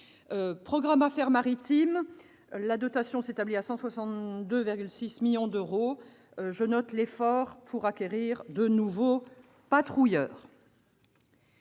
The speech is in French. programme 205 « Affaires maritimes », dont la dotation s'établit à 162,6 millions d'euros. Je note l'effort consenti pour acquérir de nouveaux patrouilleurs.